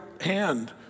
hand